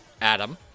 Adam